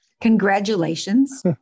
congratulations